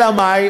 אלא מאי?